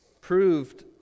proved